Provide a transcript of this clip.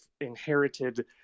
inherited